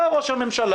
לכן בא ראש הממשלה,